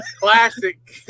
Classic